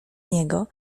niego